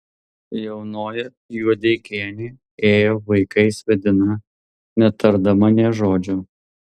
jaunoji juodeikienė ėjo vaikais vedina netardama nė žodžio